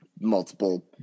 multiple